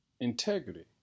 Integrity